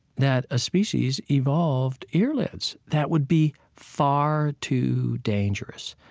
that a species evolved earlids. that would be far too dangerous.